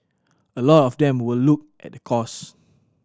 a lot of them will look at the cost